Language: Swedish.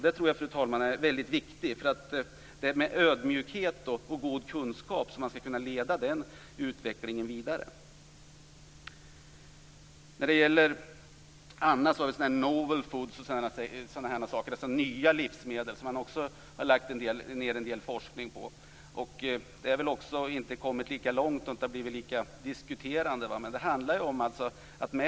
Det är med ödmjukhet och god kunskap som man skall kunna leda den utvecklingen vidare. Man har också lagt ned en del forskning på novel foods, dvs. nya livsmedel. Där har vi inte kommit lika långt och inte hunnit diskutera så mycket.